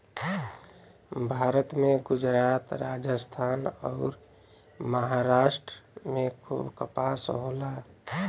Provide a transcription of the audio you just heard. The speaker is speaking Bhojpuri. भारत में गुजरात, राजस्थान अउर, महाराष्ट्र में खूब कपास होला